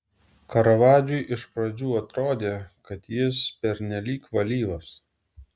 karavadžui iš pradžių atrodė kad jis pernelyg valyvas